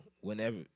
whenever